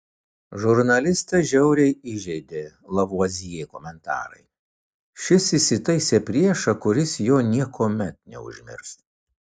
žurnalistą žiauriai įžeidė lavuazjė komentarai šis įsitaisė priešą kuris jo niekuomet neužmirš